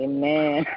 Amen